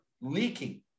leaking